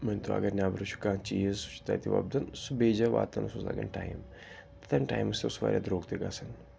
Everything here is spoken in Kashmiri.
مٲنۍتو اگر نٮ۪برٕ چھُ کانٛہہ چیٖز سُہ چھُ تَتہِ وۄپدان سُہ بیٚیہِ جایہِ واتنَس اوس لَگان ٹایم تہٕ ٹایمہٕ سۭتۍ اوس واریاہ درٛوگ تہِ گژھن